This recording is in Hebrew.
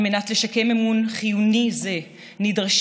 כדי לשקם אמון חיוני זה נדרשים,